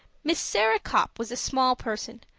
miss sarah copp was a small person,